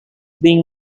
being